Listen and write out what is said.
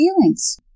feelings